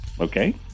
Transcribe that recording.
Okay